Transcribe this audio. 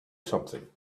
something